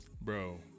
bro